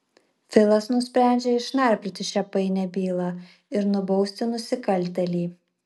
filas nusprendžia išnarplioti šią painią bylą ir nubausti nusikaltėlį